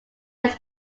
his